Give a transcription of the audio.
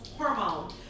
hormone